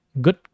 good